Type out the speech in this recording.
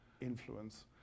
influence